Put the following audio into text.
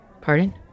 Pardon